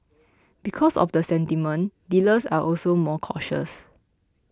because of the sentiment dealers are also more cautious